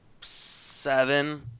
Seven